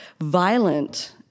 Violent